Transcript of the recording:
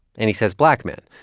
and he says black man,